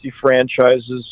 franchises